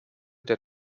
der